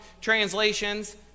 translations